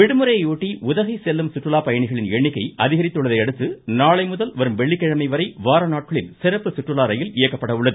விடுமுறையை ஒட்டி உதகை செல்லும் சுற்றுலாப் பயணிகளின் எண்ணிக்கை அதிகரித்துள்ளதையடுத்து நாளை முதல் வரும் வெள்ளிக்கிழமை வரை வார நாட்களில் சிறப்பு சுற்றுலா ரயில் இயக்கப்பட உள்ளது